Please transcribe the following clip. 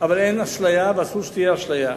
אבל אין אשליה ואסור שתהיה אשליה.